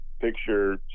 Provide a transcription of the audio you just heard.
picture